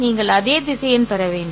நீங்கள் அதே திசையன் பெற வேண்டும்